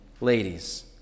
ladies